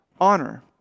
honor